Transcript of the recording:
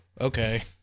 okay